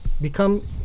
become